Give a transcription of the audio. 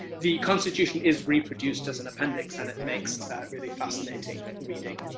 the constitution is reproduced as an appendix. and it makes really fascinating reading.